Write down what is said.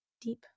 deep